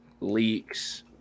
leaks